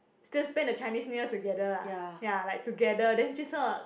still spend the Chinese New Year together lah ya like together then jun sheng